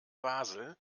basel